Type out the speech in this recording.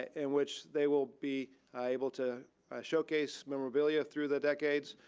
in which they will be able to showcase memorabilia through the decades,